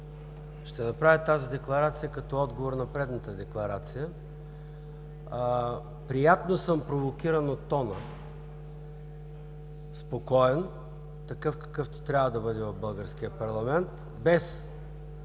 ще направя тази декларация като отговор на предната декларация. Приятно съм провокиран от тона – спокоен, такъв какъвто трябва да бъде в българския парламент, без